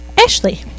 Ashley